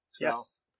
Yes